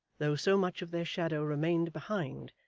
though so much of their shadow remained behind,